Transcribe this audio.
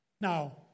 now